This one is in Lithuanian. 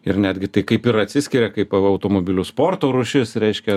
ir netgi tai kaip ir atsiskiria kaip va automobilių sporto rūšis reiškia